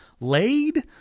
laid